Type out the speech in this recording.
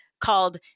called